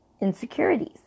insecurities